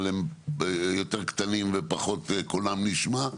אבל הם יותר קטנים ופחות קולם נשמע.